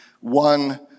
one